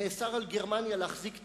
נאסר על גרמניה להחזיק צבא,